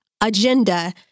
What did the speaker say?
agenda